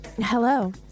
Hello